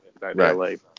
Right